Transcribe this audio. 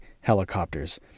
helicopters